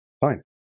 Fine